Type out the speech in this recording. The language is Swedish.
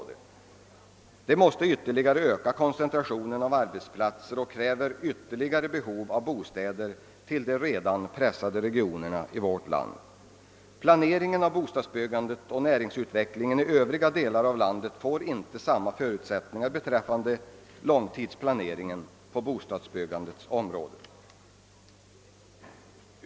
Detta måste ytterligare öka koncentrationen av arbetsplatser, vilket medför ett ännu mer stegrat behov av bostäder inom de redan pressade regionerna i vårt land. Långtidsplaneringen. av bostadsbyggandet och näringsutvecklingen i övriga delar av landet får således inte samma förutsättningar.